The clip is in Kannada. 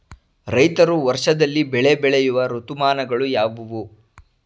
ರೈತರು ವರ್ಷದಲ್ಲಿ ಬೆಳೆ ಬೆಳೆಯುವ ಋತುಮಾನಗಳು ಯಾವುವು?